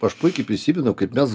aš puikiai prisimenu kaip mes